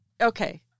okay